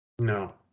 No